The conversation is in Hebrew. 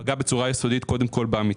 פגע בצורה יסודית קודם כול בעמיתים.